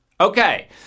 Okay